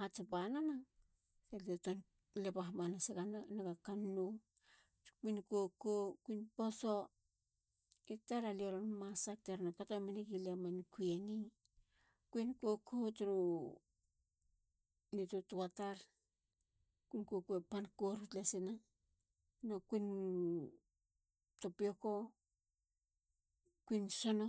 hats banena. salia te tuan leba hamanasanega kan nou. ats kuin koko. kuin poso. i tar. alie ron masak teron kato menegiliaman kuin koko turu nitutua tar. Kuin koko e pan koru talasina. no kuin topioko. kuin sono.